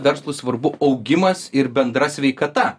verslui svarbu augimas ir bendra sveikata